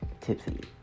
Tipsy